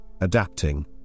adapting